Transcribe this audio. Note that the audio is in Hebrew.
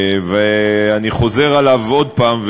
ואני חוזר עליו עוד הפעם,